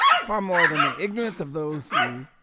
far more than the ignorance of those who